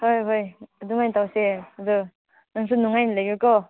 ꯍꯣꯏ ꯍꯣꯏ ꯑꯗꯨꯃꯥꯏꯅ ꯇꯧꯁꯦ ꯑꯗꯨ ꯅꯪꯁꯨ ꯅꯨꯡꯉꯥꯏꯅ ꯂꯩꯌꯨꯛꯣ